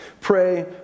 Pray